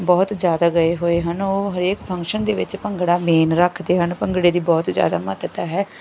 ਬਹੁਤ ਜ਼ਿਆਦਾ ਗਏ ਹੋਏ ਹਨ ਉਹ ਹਰੇਕ ਫੰਕਸ਼ਨ ਦੇ ਵਿੱਚ ਭੰਗੜਾ ਮੇਨ ਰੱਖਦੇ ਹਨ ਭੰਗੜੇ ਦੀ ਬਹੁਤ ਜ਼ਿਆਦਾ ਮਹੱਤਤਾ ਹੈ